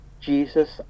Jesus